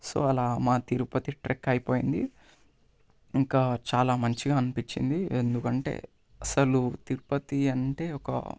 so అలా మా Tirupati trek అయిపోయింది ఇంకా చాలా మంచిగా అనిపించింది ఎందుకంటే అసలు తిరుపతి అంటే ఒక